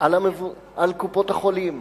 על קופות-החולים,